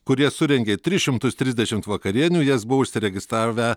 kurie surengė tris šimtus trisdešimt vakarienių į jas buvo užsiregistravę